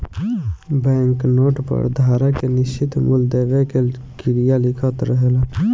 bank note पर धारक के निश्चित मूल देवे के क्रिया लिखल रहेला